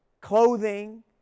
clothing